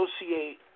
associate